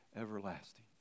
everlasting